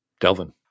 Delvin